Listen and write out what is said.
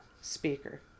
Speaker